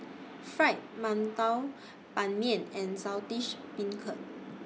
Fried mantou Ban Mian and Saltish Beancurd